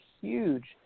huge